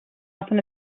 often